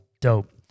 Dope